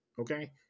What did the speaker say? Okay